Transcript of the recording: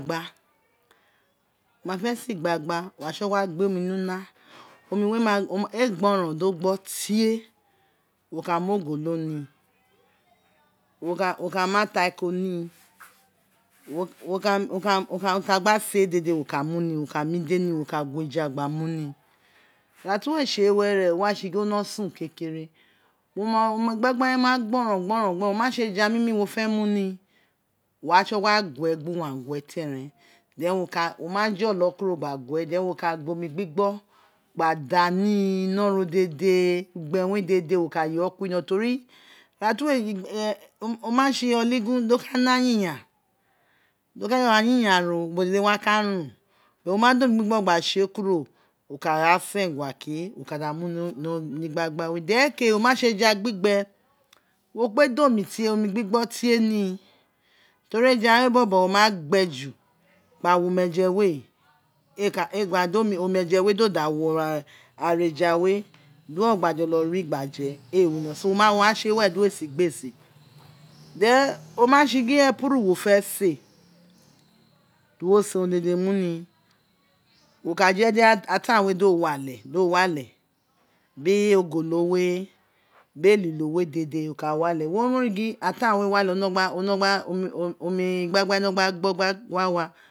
Wo ma fe se gbagbe wo wa tsogua gbe omi ni una omi nuna ee gborou gbo tre wo ka mu ogolo mi wo ka mu atako ni urun ti a ghan se dede wo ka mu ni wo ka ma ide no wo ka bu eja gba mu ni ira ti wee tsee were o wa tsitsi gin o sun kekeri wo ma gbagbe we ma gborou gborou wo fe mu ni wo wa tsogua gua biri uwagwe kere then wo ka gba omi gbigbo gba da ni ninoro dede igberi we dede wo ka kuri inoron teri ina te tsi o ma tse oligun do ka ne ayiyan bo dede wa ka run but wo ma da owi gbigbo gba tse kuro o ra sere gha ke wo ka matse eja gbigbe wo kpe da omi gbigbo ni teri eja we bobo o ma gbe ju gba wo omeji we ee ka do omi omeje we gba wo ara eja we du wo gba da ri gba je we wino si wo wa tse were di we si gbe se then o ma tse gin epuru wo de se di wo sere urun dede mu ni wo ka je di atan we do wa le bo wale biri ogolo we biri elilo we dede o ta wale biri wa ri gin atan we wale o wino gba ni gba gba we wino gba gbo gba wa